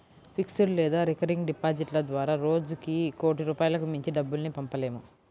fixed లేదా recurring డిపాజిట్ల ద్వారా రోజుకి కోటి రూపాయలకు మించి డబ్బుల్ని పంపలేము